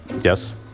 Yes